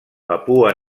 papua